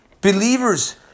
Believers